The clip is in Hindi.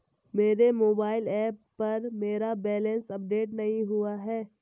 मेरे मोबाइल ऐप पर मेरा बैलेंस अपडेट नहीं हुआ है